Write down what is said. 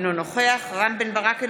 אינו נוכח רם בן ברק,